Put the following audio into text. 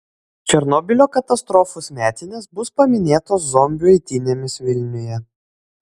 černobylio katastrofos metinės bus paminėtos zombių eitynėmis vilniuje